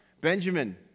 Benjamin